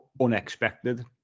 unexpected